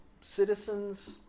citizens